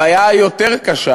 הבעיה היותר-קשה